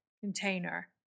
container